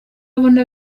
abona